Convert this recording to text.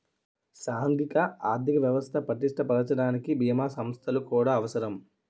సాంఘిక ఆర్థిక వ్యవస్థ పటిష్ట పరచడానికి బీమా సంస్థలు కూడా అవసరం